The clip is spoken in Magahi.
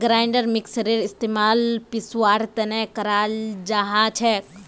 ग्राइंडर मिक्सरेर इस्तमाल पीसवार तने कराल जाछेक